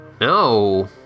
No